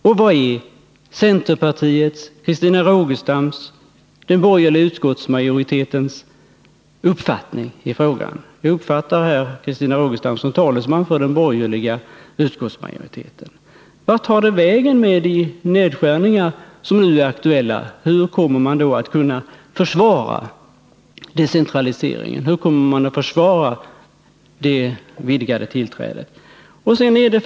Och vad är centerpartiets, Christina Rogestams och den borgerliga utskottsmajoritetens uppfattning i frågan? Jag uppfattar Christina Rogestam som talesman för den borgerliga utskottsmajoriteten. Vart tar det vägen med de nedskärningar som nu är aktuella? Hur kommer man att kunna försvara decentraliseringen och hur kommer man att kunna försvara ett vidgat tillträde?